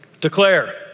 Declare